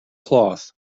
cloth